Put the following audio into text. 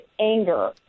anger